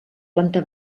planta